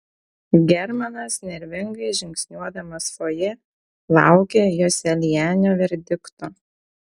germanas nervingai žingsniuodamas fojė laukė joselianio verdikto